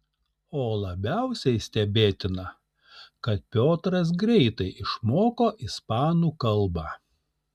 o labiausiai stebėtina kad piotras greitai išmoko ispanų kalbą